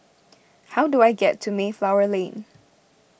how do I get to Mayflower Lane